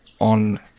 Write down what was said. on